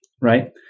right